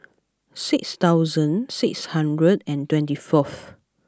six thousand six hundred and twenty fourth